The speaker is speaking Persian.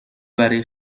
برای